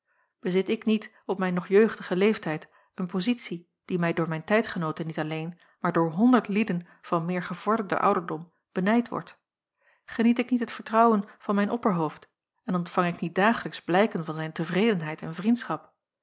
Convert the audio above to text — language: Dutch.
bezit ik niet op mijn nog jeugdigen leeftijd een pozitie die mij door mijn tijdgenooten niet alleen maar door honderd lieden van meer gevorderden ouderdom benijd wordt geniet ik niet het vertrouwen van mijn opperhoofd en ontvang ik niet dagelijks blijken van zijn tevredenheid en vriendschap